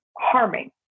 harming